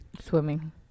swimming